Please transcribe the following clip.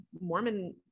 mormon